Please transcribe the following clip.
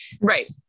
right